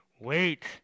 wait